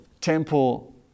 temple